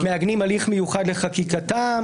מעגנים הליך מיוחד לחקיקתם,